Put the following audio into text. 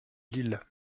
lille